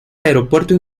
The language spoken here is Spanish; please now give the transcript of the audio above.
aeropuerto